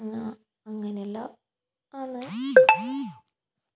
ആ അങ്ങനെയെല്ലാ ആണ്